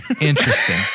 Interesting